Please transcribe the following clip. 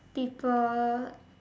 people